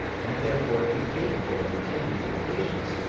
and therefore incapable of attending their patients,